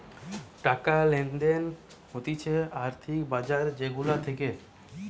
টাকা লেনদেন হতিছে আর্থিক বাজার যে গুলা থাকে